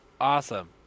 Awesome